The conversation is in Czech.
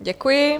Děkuji.